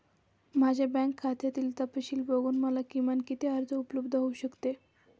माझ्या बँक खात्यातील तपशील बघून मला किमान किती कर्ज उपलब्ध होऊ शकते?